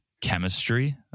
chemistry